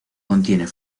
contiene